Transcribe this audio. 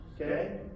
Okay